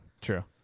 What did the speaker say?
true